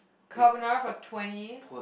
carbonara for twenty